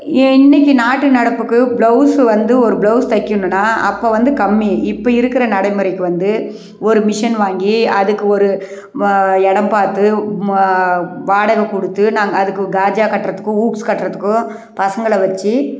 இன்றைக்கி நாட்டு நடப்புக்கு ப்ளவுஸ் வந்து ஒரு ப்ளவுஸ் தைக்கணுன்னா அப்போ வந்து கம்மி இப்போ இருக்கிற நடைமுறைக்கு வந்து ஒரு மிஷின் வாங்கி அதுக்கு ஒரு வ இடம் பார்த்து வாடகை கொடுத்து நாங்கள் அதுக்கு காஜா கட்டுறதுக்கும் ஊக்ஸ் கட்டுறதுக்கும் பசங்களை வச்சு